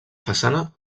façana